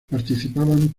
participaban